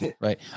right